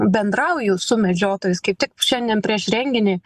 bendrauju su medžiotojais kaip tik šiandien prieš renginį